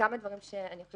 אני חושבת